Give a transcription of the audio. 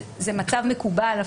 זה אפילו מצב מקובל.